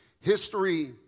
History